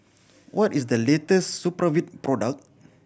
what is the latest Supravit product